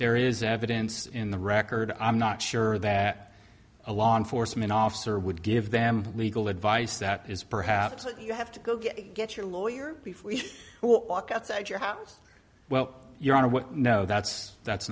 there is evidence in the record i'm not sure that a law enforcement officer would give them legal advice that is perhaps what you have to go get get your lawyer before you walk outside your house well you know what no that's that's